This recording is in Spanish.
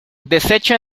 deshecho